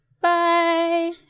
Bye